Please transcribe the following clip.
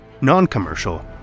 non-commercial